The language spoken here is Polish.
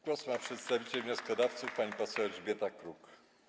Głos ma przedstawiciel wnioskodawców pani poseł Elżbieta Kruk.